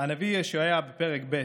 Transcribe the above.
הנביא ישעיהו, פרק ב':